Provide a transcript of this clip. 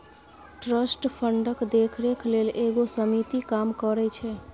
trust फंडक देखरेख लेल एगो समिति काम करइ छै